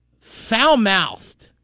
foul-mouthed